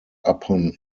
upon